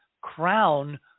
crown